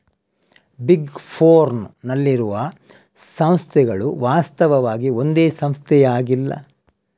big ಫೋರ್ನ್ ನಲ್ಲಿರುವ ಸಂಸ್ಥೆಗಳು ವಾಸ್ತವವಾಗಿ ಒಂದೇ ಸಂಸ್ಥೆಯಾಗಿಲ್ಲ